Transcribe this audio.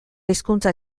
hizkuntza